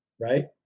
right